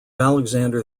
alexander